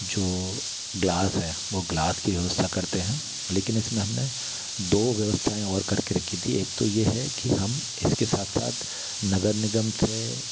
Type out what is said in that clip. जो ग्लास है वह ग्लास की व्यवस्था करते हैं लेकिन इसमें हमने दो व्यवस्थाएँ और करके रखी थी एक तो यह है कि हम इसके साथ साथ नगर निगम से